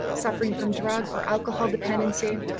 suffering from drug or alcohol dependency,